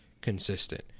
consistent